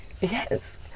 Yes